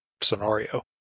scenario